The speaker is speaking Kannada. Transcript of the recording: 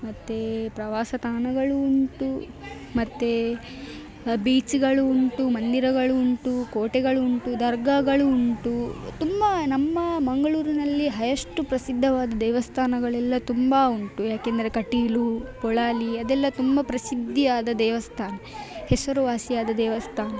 ಮತ್ತು ಪ್ರವಾಸ ತಾಣಗಳು ಉಂಟು ಮತ್ತು ಬೀಚುಗಳು ಉಂಟು ಮಂದಿರಗಳು ಉಂಟು ಕೋಟೆಗಳು ಉಂಟು ದರ್ಗಾಗಳು ಉಂಟು ತುಂಬ ನಮ್ಮ ಮಂಗಳೂರಿನಲ್ಲಿ ಹೈಯೆಸ್ಟು ಪ್ರಸಿದ್ಧವಾದ ದೇವಸ್ಥಾನಗಳೆಲ್ಲ ತುಂಬ ಉಂಟು ಯಾಕಂದರೆ ಕಟೀಲು ಪೊಳಲಿ ಅದೆಲ್ಲ ತುಂಬ ಪ್ರಸಿದ್ಧಿಯಾದ ದೇವಸ್ಥಾನ ಹೆಸರುವಾಸಿಯಾದ ದೇವಸ್ಥಾನ ಗೇ